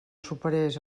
superés